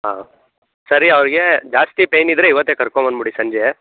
ಹಾಂ ಸರಿ ಅವ್ರಿಗೆ ಜಾಸ್ತಿ ಪೇಯ್ನ್ ಇದ್ದರೆ ಇವತ್ತೇ ಕರ್ಕೊಂಡ್ಬಂದ್ಬಿಡಿ ಸಂಜೆ